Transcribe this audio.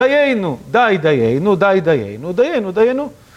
דיינו. די דיינו, די דיינו, דיינו דיינו